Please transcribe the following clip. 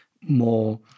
more